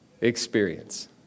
experience